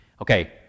Okay